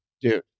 dude